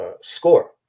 score